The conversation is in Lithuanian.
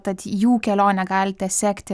tad jų kelionę galite sekti